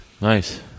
Nice